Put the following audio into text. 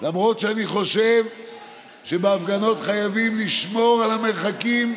שאני חושב שבהפגנות חייבים לשמור על המרחקים.